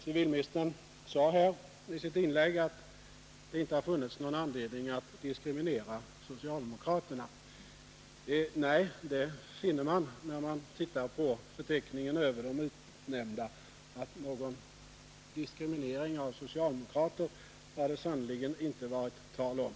Civilministern sade i sitt inlägg att det inte har funnits någon anledning att diskriminera socialdemokraterna. Nej, det finner man när man tittar på förteckningen över de utnämnda, att någon diskriminering av socialdemokrater har det sannerligen inte varit tal om.